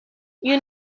you